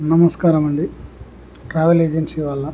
నమస్కారమండి travel agency వాళ్ళా